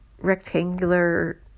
rectangular